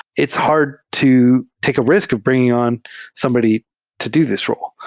it's hard to take a risk of bringing on somebody to do this ro le.